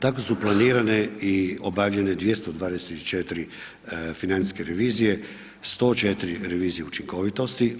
Tako su planirane i obavljene 224 financijske revizije, 104 revizije učinkovitosti.